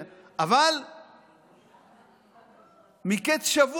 אבל מקץ שבוע ימים,